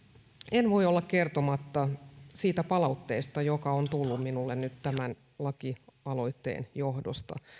en voi olla kertomatta siitä palautteesta joka on tullut minulle nyt tämän lakialoitteen johdosta